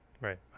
right